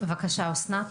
בבקשה, אסנת.